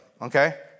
okay